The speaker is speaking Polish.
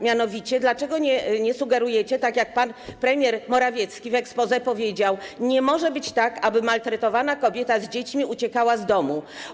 Mianowicie dlaczego nie sugerujecie, tak jak pan premier Morawiecki w exposé powiedział, że nie może być tak, aby maltretowana kobieta z dziećmi uciekała z domu?